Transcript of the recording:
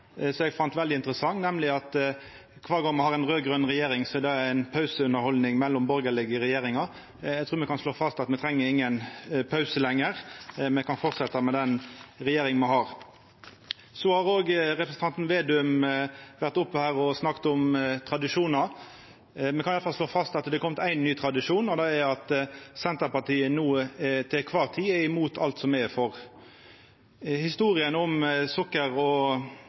Så har representanten Slagsvold Vedum vore oppe her og snakka om tradisjonar. Me kan i alle fall slå fast at det har kome éin ny tradisjon. Det er at Senterpartiet no til eikvar tid er imot alt som me er for. Historia om sjokolade- og